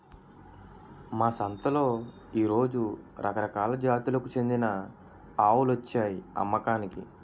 మా సంతలో ఈ రోజు రకరకాల జాతులకు చెందిన ఆవులొచ్చాయి అమ్మకానికి